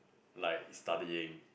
like studying